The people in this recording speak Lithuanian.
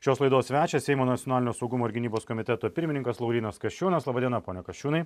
šios laidos svečias seimo nacionalinio saugumo ir gynybos komiteto pirmininkas laurynas kasčiūnas laba diena pone kasčiūnai